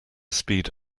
speed